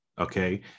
okay